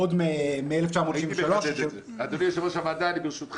עוד ב-1973 בג"ץ פסק בפסק